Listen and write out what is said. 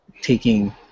taking